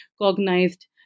cognized